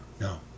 No